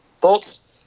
thoughts